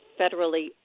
federally